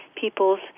peoples